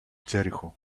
jericho